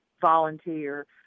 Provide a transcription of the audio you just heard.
volunteer